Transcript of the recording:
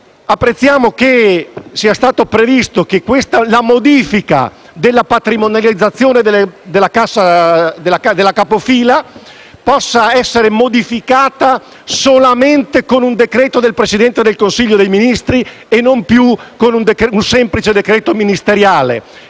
e blindato - che sia stato previsto che la patrimonializzazione della capofila possa essere modificata solamente con un decreto del Presidente del Consiglio dei Ministri e non più con un semplice decreto ministeriale.